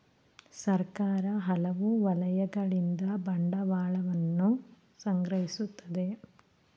ಸರ್ಕಾರ ಹಲವು ವಲಯಗಳಿಂದ ಬಂಡವಾಳವನ್ನು ಸಂಗ್ರಹಿಸುತ್ತದೆ